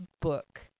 book